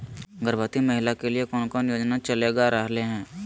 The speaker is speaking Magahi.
गर्भवती महिला के लिए कौन कौन योजना चलेगा रहले है?